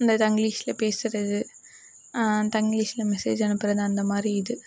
இந்த தங்லீஷில் பேசுகிறது தங்லீஷில் மெசேஜ் அனுப்புகிறது அந்தமாதிரி இது